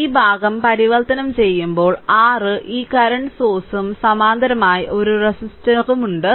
ഈ ഭാഗം പരിവർത്തനം ചെയ്യുമ്പോൾ r ഈ കറന്റ് സോഴ്സും സമാന്തരമായി ഒരു റെസിസ്റ്ററും ഉണ്ട്